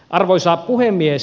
arvoisa puhemies